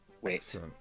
wait